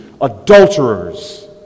adulterers